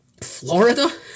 Florida